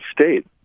state